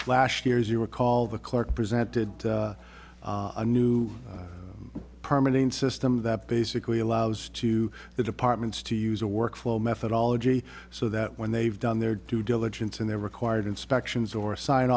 flashed years you'll recall the clerk presented a new permanent system that basically allows two the departments to use a workflow methodology so that when they've done their due diligence in their required inspections or sign